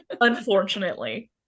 Unfortunately